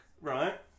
Right